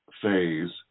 phase